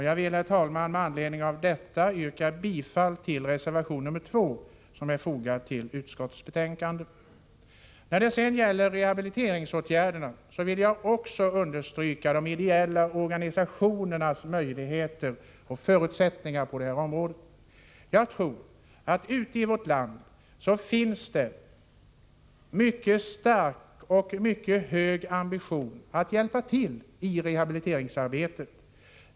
Jag vill, herr talman, med anledning av detta yrka bifall till reservation nr 2 som är fogad till socialutskottets betänkande. När det gäller rehabiliteringsåtgärderna vill jag understryka de ideella organisationernas möjligheter på detta område. Jag tror att det ute i vårt land finns en mycket hög ambition att hjälpa till i rehabiliteringsarbetet.